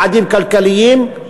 יעדים כלכליים.